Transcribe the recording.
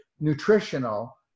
nutritional